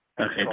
Okay